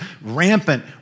rampant